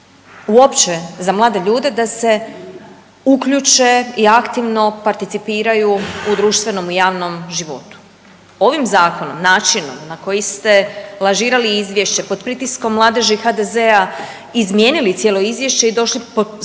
uopće za mlade ljude da se uključe i aktivno participiraju u društvenom i javnom životu. Ovim Zakonom, načinom na koji ste lažirali izvješće, pod pritiskom Mladeži HDZ-a izmijenili cijelo izvješće i došli s